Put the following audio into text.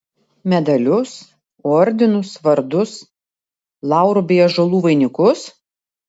medalius ordinus vardus laurų bei ąžuolų vainikus